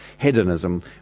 hedonism